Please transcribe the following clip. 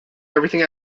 everything